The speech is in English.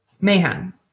mayhem